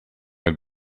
and